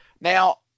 Now